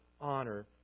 honor